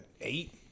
eight